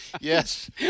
Yes